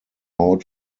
out